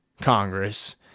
Congress